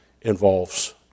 involves